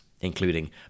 including